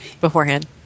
beforehand